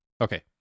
okay